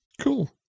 Cool